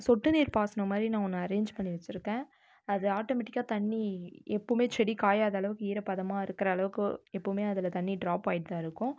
சொட்டு நீர் பாசனம் மாதிரி நான் ஒன்று அரேஞ்ச் பண்ணி வைச்சிருக்கேன் அது ஆட்டோமேட்டிக்காக தண்ணீர் எப்பவுமே செடி காயாத அளவுக்கு ஈரப்பதமாக இருக்கிற அளவுக்கு எப்பவுமே அதில் தண்ணீர் ட்ராப் ஆகிட்டு தான் இருக்கும்